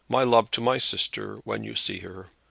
my love to my sister when you see her.